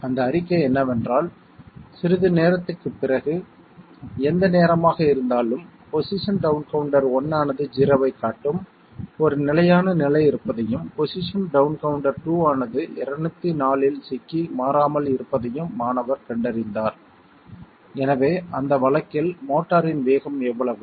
எனவே அந்த அறிக்கை என்னவென்றால் சிறிது நேரத்திற்குப் பிறகு எந்த நேரமாக இருந்தாலும் பொசிஷன் டவுண் கவுண்டர் 1 ஆனது 0 ஐக் காட்டும் ஒரு நிலையான நிலை இருப்பதையும் பொசிஷன் டவுண் கவுண்டர் 2 ஆனது 204 இல் சிக்கி மாறாமல் இருப்பதையும் மாணவர் கண்டறிந்தார் எனவே அந்த வழக்கில் மோட்டாரின் வேகம் எவ்வளவு